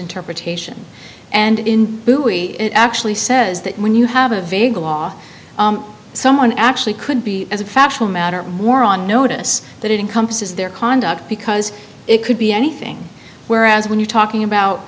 interpretation and in buoy it actually says that when you have a vague law someone actually could be as a factual matter more on notice that it encompasses their conduct because it could be anything whereas when you're talking about